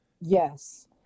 Yes